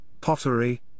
pottery